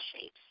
shapes